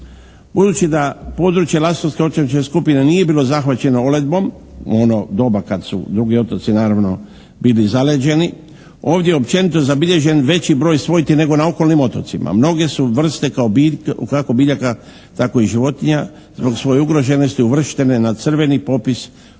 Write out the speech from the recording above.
Budući da područje Lastovske otočne skupine nije bilo zahvaćeno uredbom u ono doba kad su drugi otoci naravno bili zaleđeni, ovdje je općenito zabilježen veći broj svojti nego na okolnim otocima. Mnoge su vrste kako biljaka tako i životinja zbog svoje ugroženosti uvrštene na crveni popis ugroženih